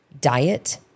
diet